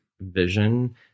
vision